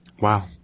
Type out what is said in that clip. Wow